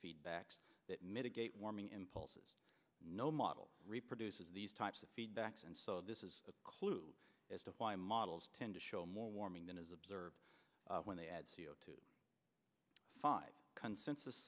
feedbacks that mitigate warming impulses no model reproduces these types of feedbacks and so this is a clue as to why models tend to show more warming than is observed when they had c o two five consensus